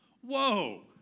Whoa